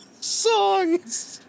songs